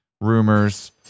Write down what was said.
rumors